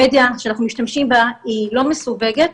המדיה שאנחנו משתמשים בה לא מסווגת,